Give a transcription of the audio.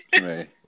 Right